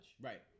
Right